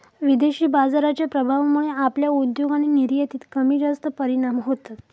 विदेशी बाजाराच्या प्रभावामुळे आपल्या उद्योग आणि निर्यातीत कमीजास्त परिणाम होतत